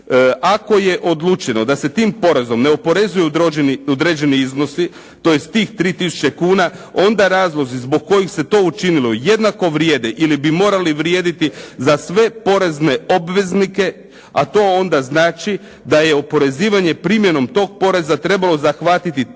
Ako je određeno da se tim porezom ne oporezuju određeni iznosi to jest tih 3 tisuće kuna onda razlozi zbog kojih je to učinjeno bi morali vrijediti za sve porezne obveznike a to onda znači da je oporezivanje primjenom tog poreza trebalo zahvatiti tek